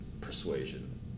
persuasion